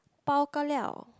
bao ka liao